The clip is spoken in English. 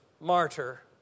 martyr